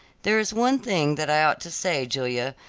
there is one thing that i ought to say, julia,